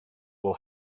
will